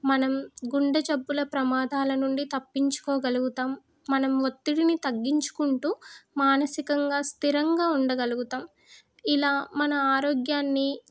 మనం గుండె జబ్బుల ప్రమాదాల నుండి తప్పించుకోగలుగుతాం మనం ఒత్తిడిని తగ్గించుకుంటు మానసికంగా స్థిరంగా ఉండగలుగుతాం ఇలా మన ఆరోగ్యాన్ని